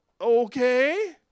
Okay